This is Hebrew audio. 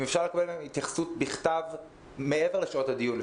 אם אפשר לקבל מהם התייחסות בכתב מעבר לשעות הדיון,